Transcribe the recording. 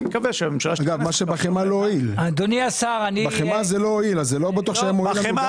אני מקווה שהממשלה --- בחמאה זה לא הועיל אז לא בטוח שהיה מוריד לנו.